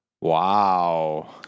Wow